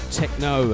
techno